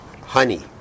Honey